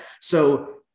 so-